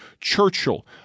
Churchill